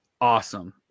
awesome